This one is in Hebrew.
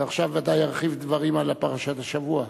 ועכשיו ודאי ירחיב דברים על פרשת השבוע.